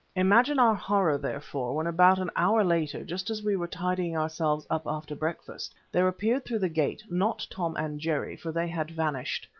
imagine our horror therefore, when about an hour later, just as we were tidying ourselves up after breakfast, there appeared through the gate, not tom and jerry, for they had vanished,